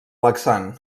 laxant